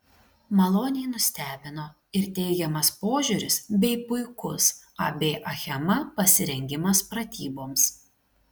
maloniai nustebino ir teigiamas požiūris bei puikus ab achema pasirengimas pratyboms